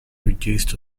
reduced